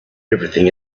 everything